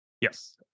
Yes